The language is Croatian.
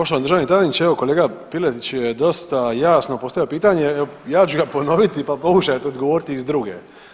Poštovani državni tajniče evo kolega Piletić je dosta jasno postavio pitanje, ja ću ga ponoviti pa pokušajte odgovoriti iz druge.